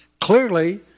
Clearly